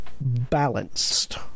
balanced